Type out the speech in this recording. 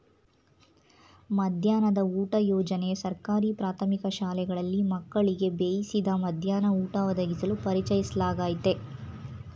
ಮಧ್ಯಾಹ್ನದ ಊಟ ಯೋಜನೆ ಸರ್ಕಾರಿ ಪ್ರಾಥಮಿಕ ಶಾಲೆಗಳಲ್ಲಿ ಮಕ್ಕಳಿಗೆ ಬೇಯಿಸಿದ ಮಧ್ಯಾಹ್ನ ಊಟ ಒದಗಿಸಲು ಪರಿಚಯಿಸ್ಲಾಗಯ್ತೆ